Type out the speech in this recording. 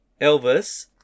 Elvis